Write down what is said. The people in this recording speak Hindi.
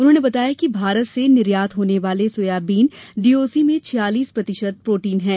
उन्होंने बताया कि भारत से निर्यात होने वाले सोयाबीन डीओसी में छियालीस प्रतिशत प्रोटीन है